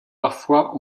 parfois